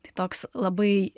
tai toks labai